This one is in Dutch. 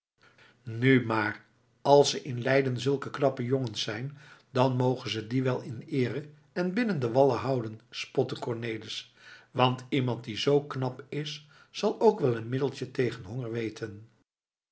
nu maar als er in leiden zulke knappe jongens zijn dan mogen ze die wel in eere en binnen de wallen houden spotte cornelis want iemand die z knap is zal ook wel een middeltje tegen honger weten